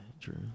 true